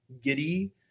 giddy